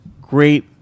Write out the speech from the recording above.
great